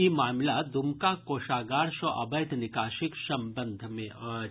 ई मामिला दुमका कोषागार सँ अवैध निकासीक संबंध मे अछि